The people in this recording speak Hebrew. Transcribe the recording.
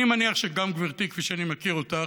אני מניח שגם גברתי, כפי שאני מכיר אותך,